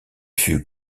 fut